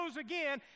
again